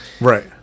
Right